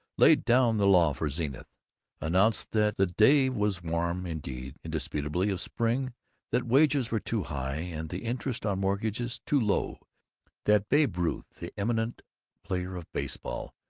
laid down the law for zenith announced that the day was warm-indeed, indisputably of spring that wages were too high and the interest on mortgages too low that babe ruth, the eminent player of baseball,